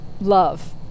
love